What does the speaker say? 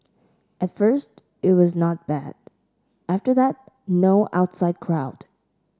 at first it was not bad after that no outside crowd